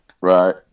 Right